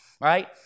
right